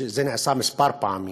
וזה נעשה כמה פעמים